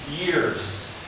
years